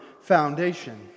foundation